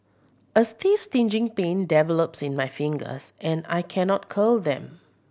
a stiff stinging pain develops in my fingers and I cannot curl them